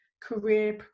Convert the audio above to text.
career